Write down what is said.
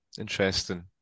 interesting